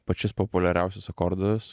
pačius populiariausius akordus